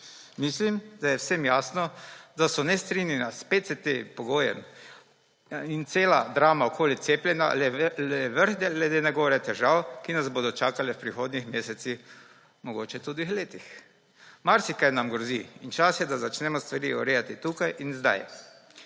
Mislim, da je vsem jasno, da so nestrinjanja s PCT pogojem in cela drama okoli cepljenja le vrh ledene gore težav, ki nas bodo čakale v prihodnjih mesecih, mogoče tudi letih. Marsikaj nam grozi in čas je, da začnemo stvari urejati tukaj in zdaj.